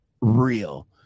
real